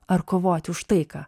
ar kovoti už taiką